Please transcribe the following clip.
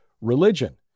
religion